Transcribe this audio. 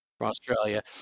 Australia